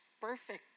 perfect